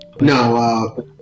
No